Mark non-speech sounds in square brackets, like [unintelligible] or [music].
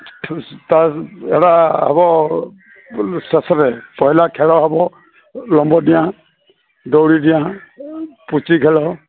[unintelligible] ଏଇଟା ହେବ ଶେଷରେ ପହିଲା ଖେଳ ହେବ ଲମ୍ୱ ଡିଆଁ ଦୈଡ଼ି ଡିଆଁ ପୁଚି ଖେଳ